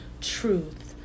truth